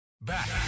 Back